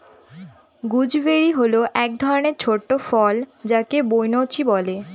gooseberry হল এক ধরনের ছোট ফল যাকে বৈনচি বলে